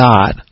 God